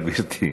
תודה, גברתי.